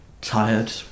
tired